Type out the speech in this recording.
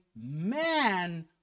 man